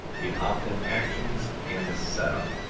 the opt-in actions and the setup.